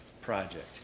project